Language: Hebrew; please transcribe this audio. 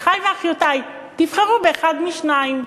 אחי ואחיותי, תבחרו באחד משניים: